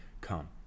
Come